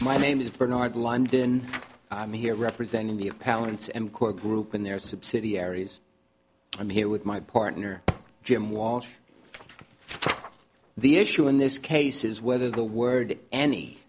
my name is bernard law and then i'm here representing the a palance and core group and their subsidiaries i'm here with my partner jim walsh the issue in this case is whether the word any